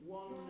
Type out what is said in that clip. one